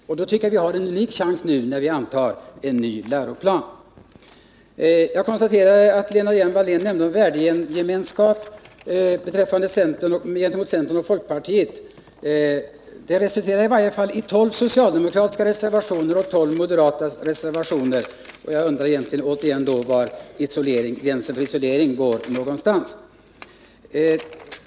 Vi har en unik chans nu när vi antar en ny läroplan. Lena Hjelm-Wallén nämnde en värdegemenskap med centern och folkpartiet. Utskottsbehandlingen resulterade i 12 socialdemokratiska reservationer och 12 moderata reservationer. Jag undrar då återigen var någonstans gränsen för isolering går.